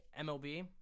MLB